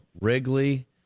Wrigley